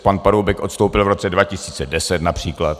Pan Paroubek odstoupil v roce 2010 například.